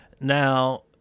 Now